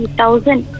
thousand